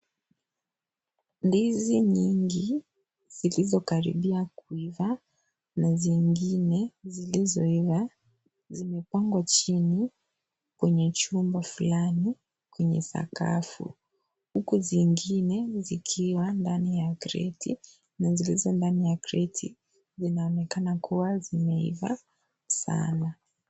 Ndizi nyingi zilizokaribia kuiva na zingine zilizoiva zimepangwa chini kwenye chombo fulani kwenye sakafu huku zingine zikiwa ndani ya creti zilizo ndani ya creti zinaonekana kuwa zimeiva sana.